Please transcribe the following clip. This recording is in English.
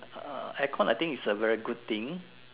uh aircon I think is a very good thing